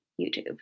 YouTube